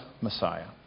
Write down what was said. Messiah